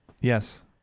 yes